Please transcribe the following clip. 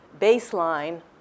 baseline